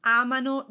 amano